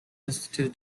institutes